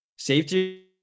Safety